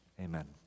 amen